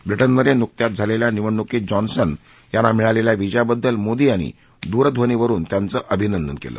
ब्रिटनमधे नुकत्याच झालेल्या निवडणुकीत जॉन्सन यांना मिळालेल्या विजयाबद्दल मोदी यांनी दूरध्वनीवरुन त्यांचं अभिनंदन केलं